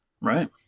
Right